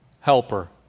helper